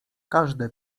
każde